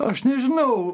aš nežinau